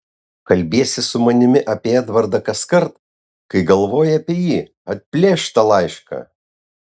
kalbiesi su manimi apie edvardą kaskart kai galvoji apie jį atplėšk tą laišką